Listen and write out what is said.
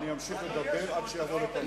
אני אמשיך לדבר עד שיבוא לכאן שר.